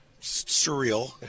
surreal